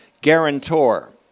Guarantor